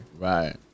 Right